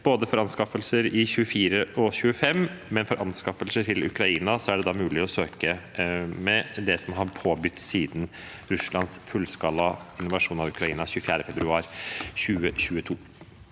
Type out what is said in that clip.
både for anskaffelser i 2024 og 2025, men for anskaffelser til Ukraina er det da mulig å søke for det som er påbegynt siden Russlands fullskala invasjon av Ukraina 24. februar 2022.